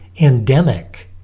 endemic